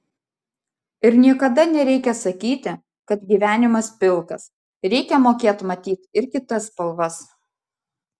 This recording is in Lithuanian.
ir niekada nereikia sakyti kad gyvenimas pilkas reikia mokėt matyt ir kitas spalvas